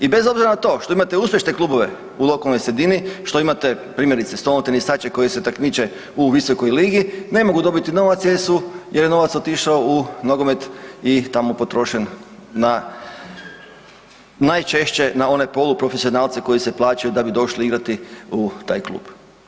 I bez obzira na to što imate uspješne klubove u lokalnoj sredini, što imate primjerice stolno tenisače koji se takmiče u visokoj ligi ne mogu dobiti novac jer je novac otišao u nogomet i tamo potrošen na, najčešće na one poluprofesionalce koji se plaćaju da bi došli igrati u taj klub.